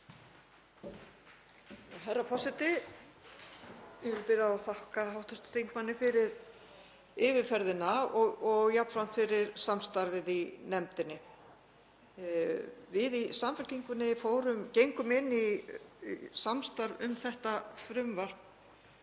Herra forseti. Ég vil byrja á að þakka hv. þingmanni fyrir yfirferðina og jafnframt fyrir samstarfið í nefndinni. Við í Samfylkingunni gengum inn í samstarf um þetta frumvarp